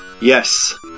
Yes